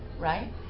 right